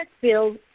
Bill